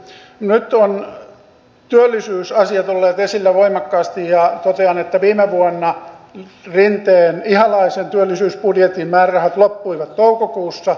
nyt ovat työllisyysasiat olleet esillä voimakkaasti ja totean että viime vuonna rinteenihalaisen työllisyysbudjetin määrärahat loppuivat toukokuussa